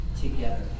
together